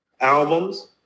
albums